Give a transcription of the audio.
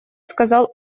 сказал